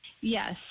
Yes